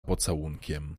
pocałunkiem